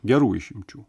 gerų išimčių